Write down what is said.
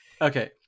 Okay